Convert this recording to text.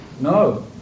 No